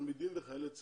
תלמידים וחיילי צה"ל.